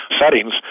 settings